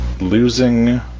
losing